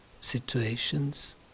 situations